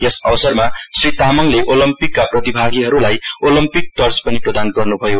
यस अवसरमा श्री तामाङले ओलम्पिकका प्रतिभागिहरुलाई ओलम्पिक टर्च पनि प्रदान गर्नुभयो